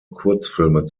kurzfilme